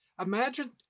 Imagine